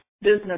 Business